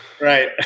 Right